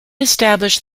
established